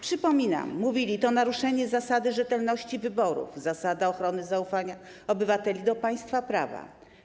Przypominam, mówili: To naruszenie zasady rzetelności wyborów, zasady ochrony zaufania obywateli do państwa i prawa.